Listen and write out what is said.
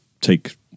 take